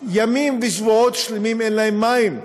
ימים ושבועות שלמים אין להם מים.